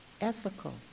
ethical